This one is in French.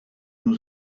nous